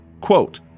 Quote